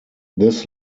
this